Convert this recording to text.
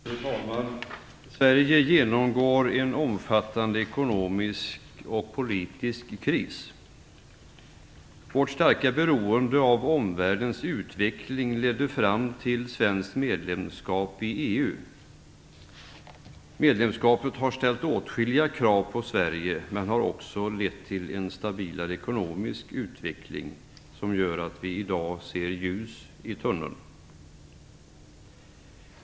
Fru talman! Sverige genomgår en omfattande ekonomisk och politisk kris. Vårt starka beroende av omvärldens utveckling ledde fram till ett svenskt medlemskap i EU. Medlemskapet har ställt åtskilliga krav på Sverige men har också lett till en stabilare ekonomisk utveckling som gör att vi i dag ser ljus i tunneln.